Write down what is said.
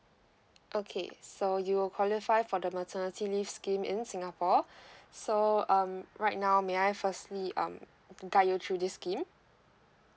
okay so you will qualify for the maternity leave scheme in singapore so um right now may I firstly um guide you through this scheme